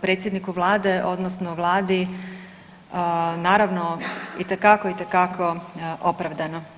predsjedniku Vlade, odnosno Vladi, naravno itekako, itekako opravdano.